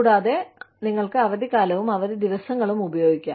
കൂടാതെ നിങ്ങൾക്ക് അവധിക്കാലവും അവധി ദിവസങ്ങളും ഉപയോഗിക്കാം